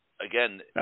Again